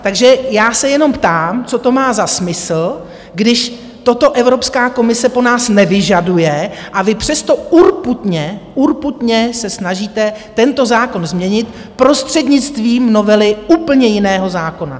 Takže já se jenom ptám, co to má za smysl, když toto Evropská komise po nás nevyžaduje, a vy přesto urputně, urputně se snažíte tento zákon změnit prostřednictvím novely úplně jiného zákona?